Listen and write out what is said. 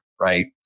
right